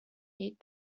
eat